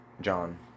John